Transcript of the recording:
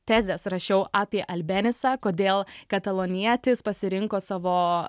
tezes rašiau apie albenisą kodėl katalonietis pasirinko savo